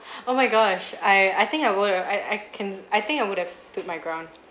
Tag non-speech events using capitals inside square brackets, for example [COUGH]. [BREATH] oh my gosh I I think I would've I I can I think I would have stood my ground